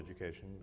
education